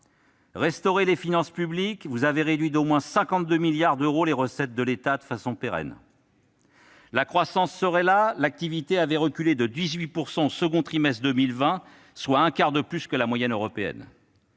Restaurer les finances publiques ? Vous avez réduit d'au moins 52 milliards d'euros les recettes de l'État de façon pérenne. Retrouver le chemin de la croissance ? L'activité avait reculé de 18 % au second trimestre de 2020, soit un quart de plus que la moyenne européenne.